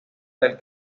del